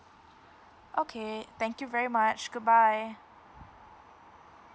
okay thank you very much good bye